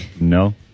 No